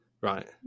Right